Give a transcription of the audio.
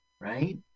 right